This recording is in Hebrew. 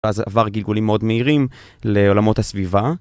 אז עבר גלגולים מאוד מהירים לעולמות הסביבה